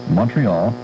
Montreal